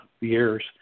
years